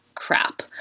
crap